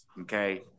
okay